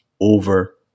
over